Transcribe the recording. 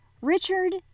Richard